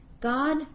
God